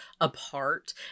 apart